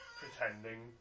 pretending